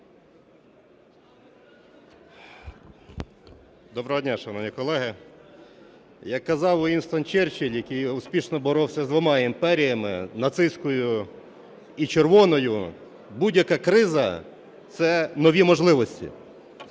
Доброго дня, шановні колеги! Як казав Вінстон Черчилль, який успішно боровся з двома імперіями – нацистською і червоною, будь-яка криза – це нові можливості.